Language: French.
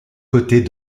côtés